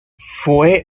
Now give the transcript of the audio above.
fue